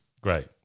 Great